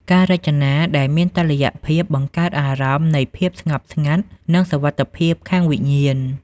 ការរចនា ដែលមានតុល្យភាពបង្កើតអារម្មណ៍នៃភាពស្ងប់ស្ងាត់និងសុវត្ថិភាពខាងវិញ្ញាណ។